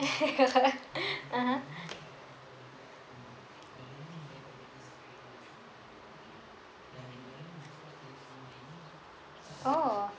(uh huh) oh